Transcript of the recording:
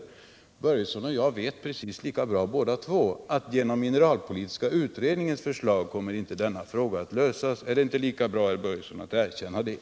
Herr Börjesson vet precis lika bra som jag att dessa problem inte kommer att lösas genom den mineralpolitiska utredningens förslag. Är det inte lika bra, herr Börjesson, att erkänna det?